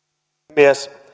puhemies